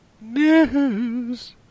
News